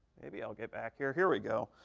maybe i'll get back here. here we go.